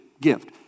gift